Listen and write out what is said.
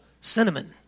cinnamon